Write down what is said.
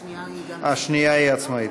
השנייה היא עצמאית.